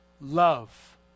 love